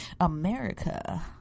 america